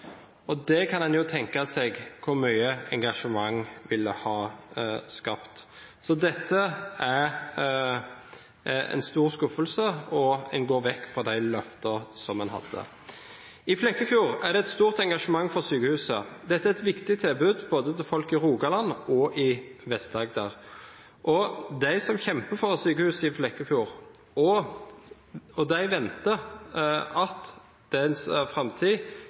og en kan jo tenke seg hvor mye engasjement det ville skapt. Så dette er en stor skuffelse, og en går vekk fra de løftene en hadde. I Flekkefjord er det et stort engasjement for sykehuset. Dette er et viktig tilbud til folk i både Rogaland og Vest-Agder. De som kjemper for et sykehus i Flekkefjord, venter at dettes framtid